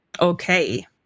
okay